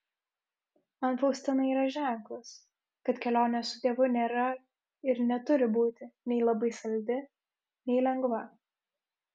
man faustina yra ženklas kad kelionė su dievu nėra ir neturi būti nei labai saldi nei lengva